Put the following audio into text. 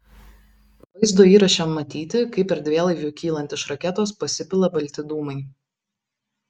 vaizdo įraše matyti kaip erdvėlaiviui kylant iš raketos pasipila balti dūmai